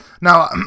Now